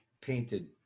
painted